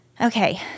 Okay